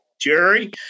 Jerry